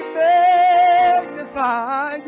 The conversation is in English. magnify